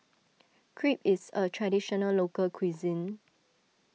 Crepe is a Traditional Local Cuisine